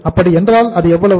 அப்படி என்றால் அது எவ்வளவு